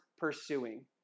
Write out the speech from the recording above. pursuing